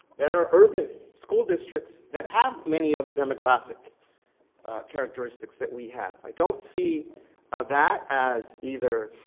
that are urban school districts that have many of the demographic characteristics that we have. i don't see that as either